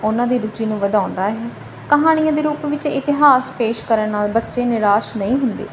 ਉਹਨਾਂ ਦੀ ਰੁਚੀ ਨੂੰ ਵਧਾਉਂਦਾ ਹੈ ਕਹਾਣੀਆਂ ਦੇ ਰੂਪ ਵਿੱਚ ਇਤਿਹਾਸ ਪੇਸ਼ ਕਰਨ ਨਾਲ ਬੱਚੇ ਨਿਰਾਸ਼ ਨਹੀਂ ਹੁੰਦੇ